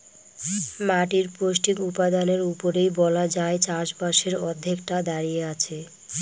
মাটির পৌষ্টিক উপাদানের উপরেই বলা যায় চাষবাসের অর্ধেকটা দাঁড়িয়ে আছে